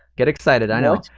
get excited, i know.